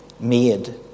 Made